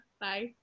Bye